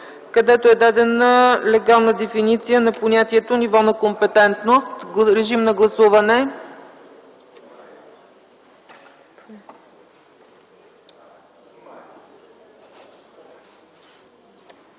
където е дадена легална дефиниция на понятието „ниво на компетентност”. Гласували